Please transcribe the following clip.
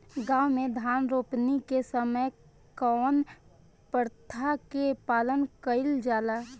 गाँव मे धान रोपनी के समय कउन प्रथा के पालन कइल जाला?